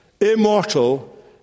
immortal